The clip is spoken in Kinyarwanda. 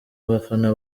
bafana